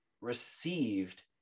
Received